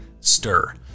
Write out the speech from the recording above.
Stir